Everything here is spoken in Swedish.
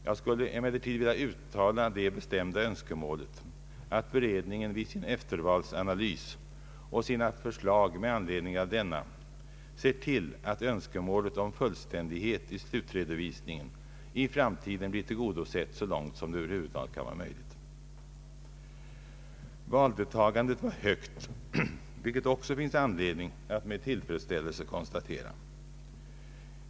Jag skulle emellertid vilja uttala det bestämda önskemålet att beredningen vid sin efteranalys och sina förslag med anledning av denna ser till att önskemålet om fullständighet i slutredovisningen i framtiden blir tillgodosett så långt som det över huvud taget kan vara möjligt. Valdeltagandet var högt, vilket det också finns anledning att med tillfredsställelse konstatera.